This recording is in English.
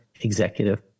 executive